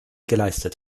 geleistet